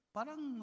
Parang